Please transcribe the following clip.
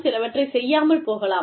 சிலவற்றைச் செய்யாமல் போகலாம்